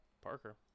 Parker